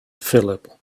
phillip